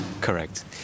Correct